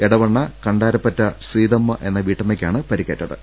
എടവണ്ണ കണ്ടാരപ്പറ്റ സീതമ്മ എന്ന വീട്ടമ്മക്കാണ് പരിക്കേറ്റത്